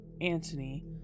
Antony